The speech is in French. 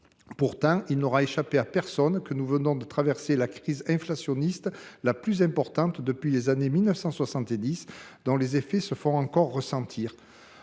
Pourtant, il n’aura échappé à personne que nous venons de traverser la crise inflationniste la plus importante depuis les années 1970, crise dont les effets se font encore ressentir.